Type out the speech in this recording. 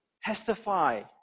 testify